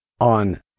on